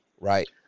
right